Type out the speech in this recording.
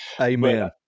amen